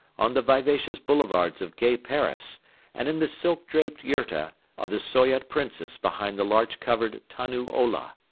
on the vivacious boulevards of gay paris and in the silk-draped yurta of the soyot princess behind the larch covered tannu ola.